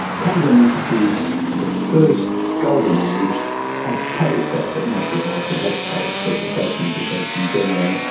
kangan introduced the first golden age of tafe, as it mostly was at that stage, but vocational education generally.